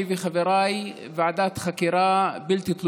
אני וחבריי,